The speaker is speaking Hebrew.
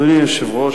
אדוני היושב-ראש,